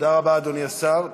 תודה רבה, אדוני השר.